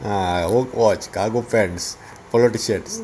ah old watch cargo pants what thing else